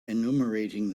enumerating